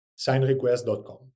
SignRequest.com